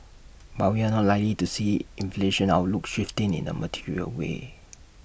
but we're not likely to see inflation outlook shifting in A material way